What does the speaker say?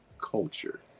culture